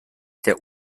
der